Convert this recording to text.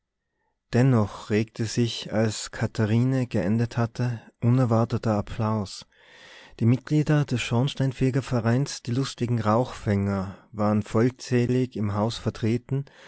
dennoch regte sich als katharine geendet hatte unerwarteter applaus die mitglieder des schornsteinfegervereins die lustigen rauchfänger waren vollzählig im hause vertreten